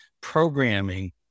programming